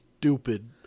stupid